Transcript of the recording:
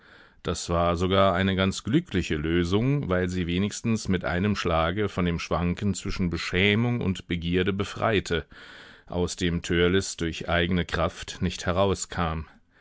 das war sogar eine ganz glückliche lösung weil sie wenigstens mit einem schlage von dem schwanken zwischen beschämung und begierde befreite aus dem törleß durch eigene kraft nicht herauskam